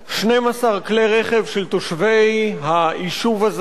12 כלי רכב של תושבי היישוב הזה,